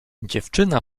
dziewczyna